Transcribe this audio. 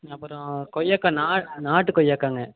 ம் அப்புறம் கொய்யாக்கா நா நாட்டு கொய்யாக்காங்க